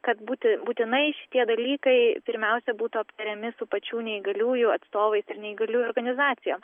kad būti būtinai šitie dalykai pirmiausia būtų aptariami su pačių neįgaliųjų atstovais ir neįgaliųjų organizacijom